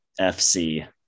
FC